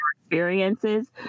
experiences